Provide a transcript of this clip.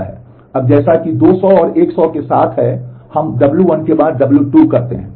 अब जैसा कि 200 और 100 के साथ है और हम w1 के बाद w2 करते हैं